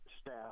staff